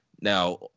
now